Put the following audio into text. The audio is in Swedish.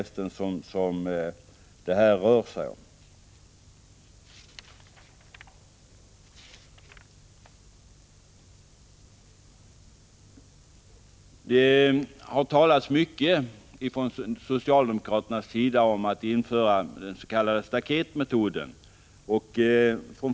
Socialdemokraterna har talat mycket om att införa den s.k. staketmetoden.